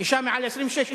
אשה מעל 26,